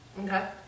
Okay